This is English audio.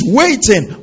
waiting